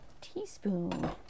Teaspoon